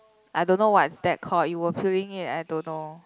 I don't know what's that called you were peeling it I don't know